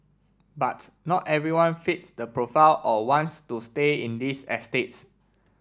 but not everyone fits the profile or wants to stay in these estates